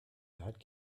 that